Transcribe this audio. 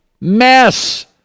Mess